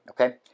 Okay